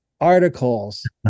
articles